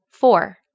Four